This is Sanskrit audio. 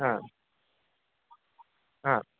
हा हा